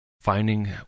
finding